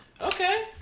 okay